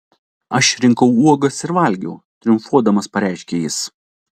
aš rinkau uogas ir valgiau triumfuodamas pareiškė jis